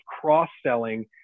cross-selling